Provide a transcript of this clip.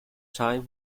time